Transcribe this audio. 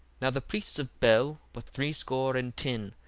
now the priests of bel were threescore and ten,